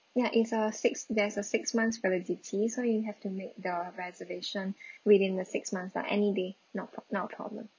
ya it's uh six there's a six months validity so you have to make the reservation within the six months lah any day not a pr~ not a problem